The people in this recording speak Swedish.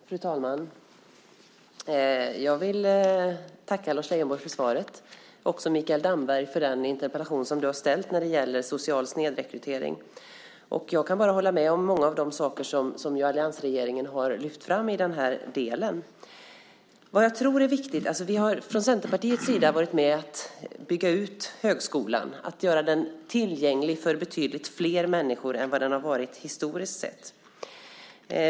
Fru talman! Jag vill tacka Lars Leijonborg för svaret och också Mikael Damberg för den interpellation om social snedrekrytering som han har ställt. Jag kan bara hålla med om många av de saker som alliansregeringen har lyft fram här. Vi i Centerpartiet har varit med om att bygga ut högskolan och göra den tillgänglig för betydligt flera människor än vad den har varit historiskt sett.